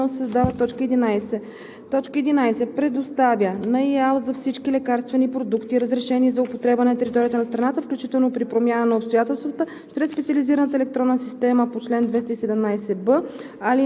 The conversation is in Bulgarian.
в) алинея 5 се отменя. 2. В чл. 68, ал. 1 се създава т. 11: „11. предоставя на ИАЛ за всички лекарствени продукти, разрешени за употреба на територията на страната, включително при промяна на обстоятелствата,